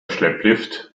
schlepplift